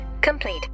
complete